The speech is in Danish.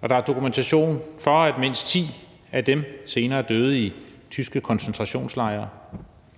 og der er dokumentation for, at mindst 10 af dem senere døde i tyske koncentrationslejre.